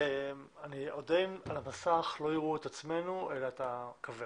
אדי מרקוביץ', בבקשה אדוני, בוקר טוב.